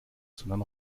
sondern